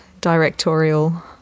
directorial